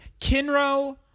Kinro